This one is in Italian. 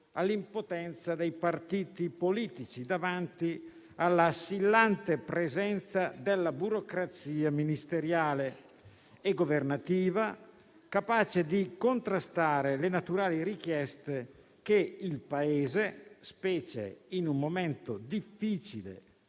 all'impotenza dei partiti politici davanti all'assillante presenza della burocrazia ministeriale e governativa, capace di contrastare le naturali richieste che il Paese, specialmente in un momento difficile